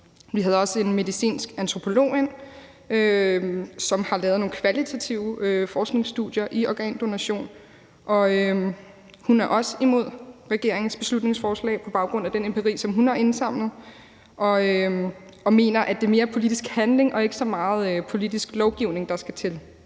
Vi havde også en medicinsk antropolog inde, som har lavet nogle kvalitative forskningsstudier i organdonation, og hun er også imod regeringens beslutningsforslag på baggrund af den empiri, som hun har indsamlet, og mener, at det mere er politisk handling og ikke så meget politisk lovgivning, der skal til.